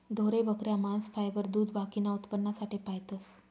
ढोरे, बकऱ्या, मांस, फायबर, दूध बाकीना उत्पन्नासाठे पायतस